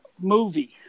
Movie